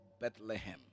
Bethlehem